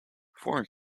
foreign